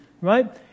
right